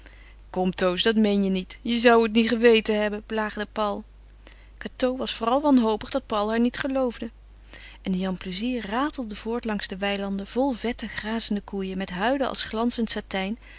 kom toos dat meen je niet je zou het niet geweten hebben plaagde paul cateau was vooral wanhopig dat paul haar niet geloofde en de jan plezier ratelde voort langs de weilanden vol vette grazende koeien met huiden als glanzend satijn